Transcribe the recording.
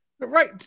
Right